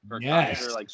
Yes